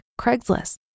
Craigslist